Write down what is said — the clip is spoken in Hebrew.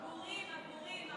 הגורים, הגורים.